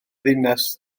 ddinas